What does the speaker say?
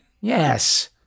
Yes